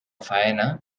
faena